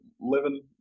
living